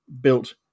built